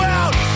out